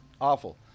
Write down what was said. awful